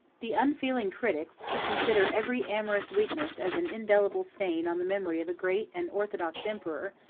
the unfeeling critics, who consider every amorous weakness as an indelible stain on the memory of a great and orthodox emperor,